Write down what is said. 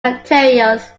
materials